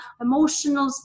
emotional